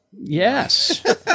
Yes